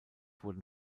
wurden